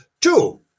Two